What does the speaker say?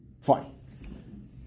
Fine